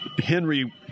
Henry